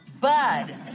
Bud